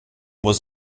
was